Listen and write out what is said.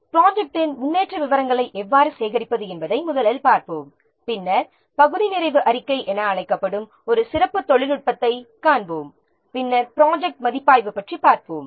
ப்ராஜெக்ட்டின் முன்னேற்ற விவரங்களை எவ்வாறு சேகரிப்பது என்பதை முதலில் பார்ப்போம் பின்னர் பகுதி நிறைவு அறிக்கை என அழைக்கப்படும் ஒரு சிறப்பு தொழில்நுட்பத்தைக் காண்போம் பின்னர் ப்ராஜெக்ட்டின் மதிப்பாய்வைப் பற்றி பார்ப்போம்